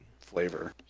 flavor